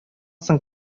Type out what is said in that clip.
соң